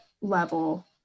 level